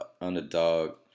Underdog